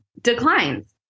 declines